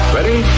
Ready